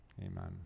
Amen